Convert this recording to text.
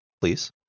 please